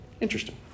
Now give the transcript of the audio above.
Interesting